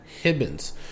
Hibbins